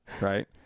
Right